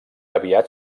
aviat